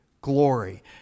glory